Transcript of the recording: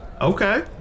Okay